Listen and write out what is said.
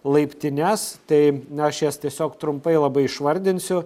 laiptines tai na aš jas tiesiog trumpai labai išvardinsiu